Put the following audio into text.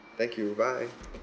thank you bye